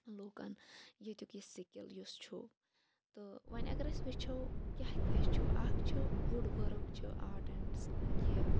لُکَن ییٚتکۍ یہِ سِکل یُس چھُ تہٕ وۄنۍ اگر أسۍ وٕچھو کیاہ کیاہ چھُ اکھ چھُ وُڈ ؤرک چھُ آرٹ ایٚنٛڈ یہِ